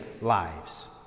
lives